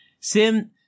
sim